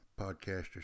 podcasters